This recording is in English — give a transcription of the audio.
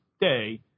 day